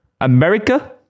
America